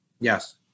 Yes